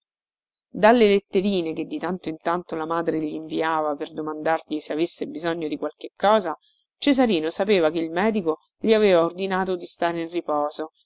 dalle letterine che di tanto in tanto la madre gli inviava per domandargli se avesse bisogno di qualche cosa cesarino sapeva che il medico le aveva ordinato di stare in riposo